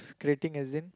crating as in